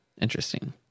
Interesting